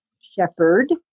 Shepherd